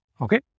Okay